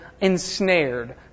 ensnared